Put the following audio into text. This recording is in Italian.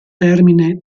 termine